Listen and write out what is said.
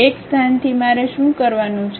એક સ્થાનથી મારે શું કરવાનું છે